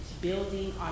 building